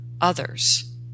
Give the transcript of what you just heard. others